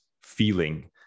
feeling